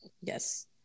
Yes